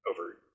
over